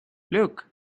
look